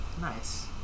Nice